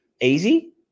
easy